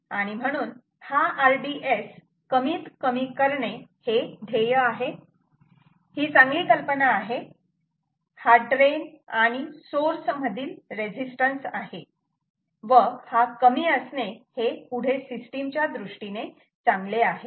आणि म्हणून हा RDS कमीत कमी करणे हे ध्येय आहे ही चांगली कल्पना आहे हा ड्रेन आणि सोर्स मधील रेझिस्टन्स आहे व हा कमी असणे हे पुढे सिस्टीम च्या दृष्टीने चांगले आहे